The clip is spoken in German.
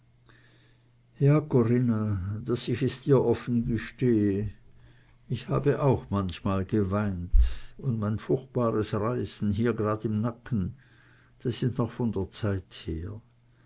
corinna daß ich es dir offen gestehe ich habe auch manchmal geweint und mein furchtbares reißen hier gerad im nacken das is noch von der zeit her